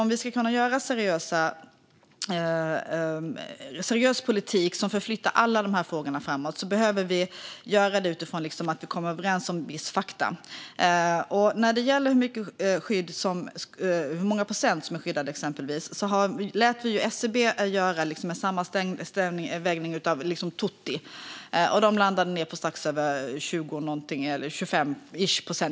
Om vi ska kunna driva en seriös politik som för alla dessa frågor framåt behöver vi göra det utifrån att vi kommer överens om vissa fakta. När det gäller hur stor procentandel av skogen som är skyddad, exempelvis, lät vi SCB göra en sammanvägning av tutti , och de landade på strax över 20 eller 25 procent.